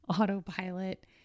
autopilot